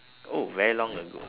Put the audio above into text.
oh very long ago